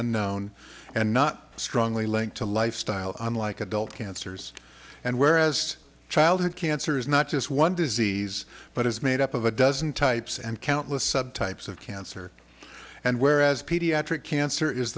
unknown and not strongly linked to lifestyle unlike adult cancers and whereas childhood cancer is not just one disease but it's made up of a dozen types and countless sub types of cancer and whereas pediatric cancer is